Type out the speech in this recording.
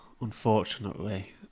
unfortunately